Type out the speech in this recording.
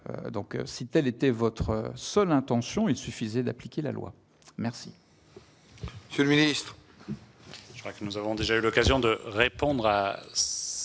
; si telle était votre seule intention, il suffisait d'appliquer la loi !